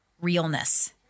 realness